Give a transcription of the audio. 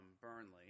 Burnley